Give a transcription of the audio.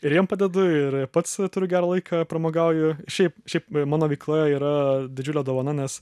ir jiem padedu ir pats turiu gerą laiką pramogauju šiaip šiaip mano veikla yra didžiulė dovana nes